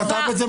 כתב את זה.